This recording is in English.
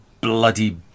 bloody